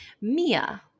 Mia